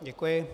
Děkuji.